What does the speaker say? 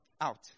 Out